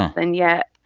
and yet,